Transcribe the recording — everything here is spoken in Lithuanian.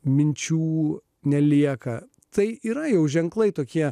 minčių nelieka tai yra jau ženklai tokie